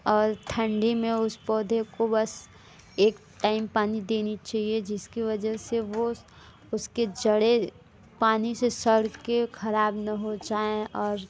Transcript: और ठंडी में उस पौधे को बस एक टाइम पानी देनी चाहिए जिसकी वजह से वह उसके जड़ें पानी से सड़ कर ख़राब न हो जाएँ और